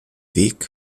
weg